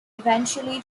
eventually